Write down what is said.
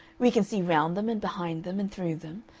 we can see round them and behind them and through them,